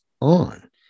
on